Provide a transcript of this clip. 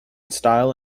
style